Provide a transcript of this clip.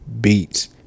beats